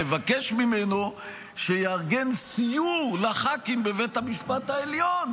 נבקש ממנו שיארגן סיור לח"כים בבית המשפט העליון,